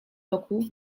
roku